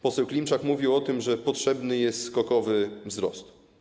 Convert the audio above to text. Poseł Klimczak mówił o tym, że potrzebny jest skokowy wzrost.